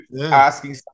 asking